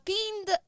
Pind